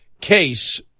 case